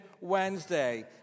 Wednesday